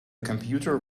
computer